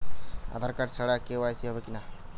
আধার card ছাড়া KYC হবে কিনা?